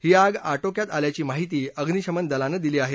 ही आग आर्टिक्यात आल्याची माहिती अग्निशमन दलानं दिली आहे